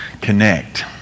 connect